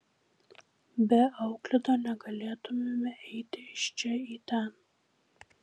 be euklido negalėtumėme eiti iš čia į ten